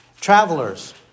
travelers